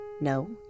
No